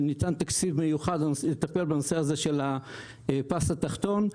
וניתן תקציב מיוחד לטפל בנושא של הפס התחתון.